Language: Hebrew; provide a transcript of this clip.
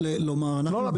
אתה